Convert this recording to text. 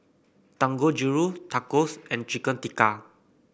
Dangojiru Tacos and Chicken Tikka